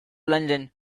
london